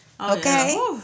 Okay